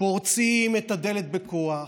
פורצים את הדלת בכוח,